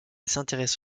s’intéresse